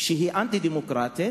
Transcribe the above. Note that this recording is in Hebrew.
שהוא אנטי-דמוקרטי